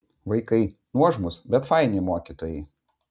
vaikai nuožmūs bet faini mokytojai